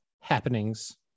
happenings